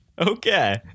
Okay